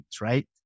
right